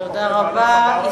תודה רבה.